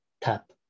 tap